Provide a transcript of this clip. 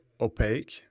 opaque